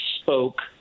spoke